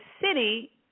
city